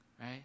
right